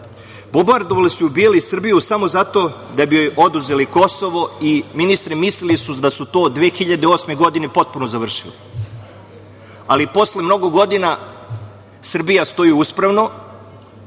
odgovarao. Bombardovali su i ubijali Srbiju samo zato da bi joj oduzeli Kosovo. Ministre, mislili su da su to 2008. godine potpuno završili, ali posle mnogo godina Srbija stoji uspravno